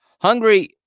Hungary